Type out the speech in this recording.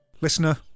Listener